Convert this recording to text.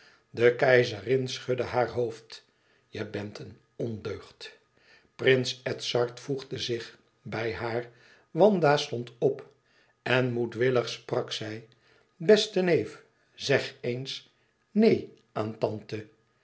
de keizerin schudde haar hoofd je bent een ondeugd prins edzard voegde zich bij haar wanda stond op en moedwillig sprak zij beste neef zeg eens neen aan tante